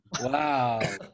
Wow